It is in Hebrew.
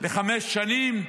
לחמש שנים,